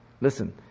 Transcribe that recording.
Listen